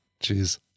Jeez